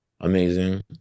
amazing